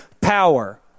power